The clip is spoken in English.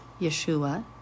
Yeshua